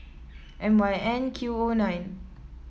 M Y N Q O nine